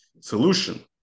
solution